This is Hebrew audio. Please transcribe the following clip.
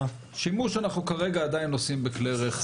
שימוש, אנחנו כרגע עדיין נוסעים בכלי רכב.